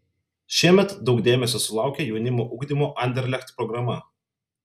šiemet daug dėmesio sulaukė jaunimo ugdymo anderlecht programa